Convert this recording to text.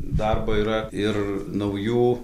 darbo yra ir naujų